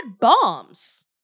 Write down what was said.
bombs